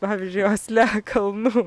pavyzdžiui osle kalnų